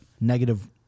Negative